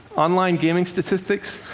online gaming statistics.